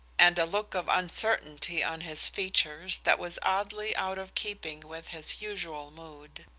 and a look of uncertainty on his features that was oddly out of keeping with his usual mood.